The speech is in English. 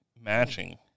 matching